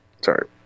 Sorry